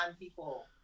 people